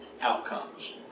outcomes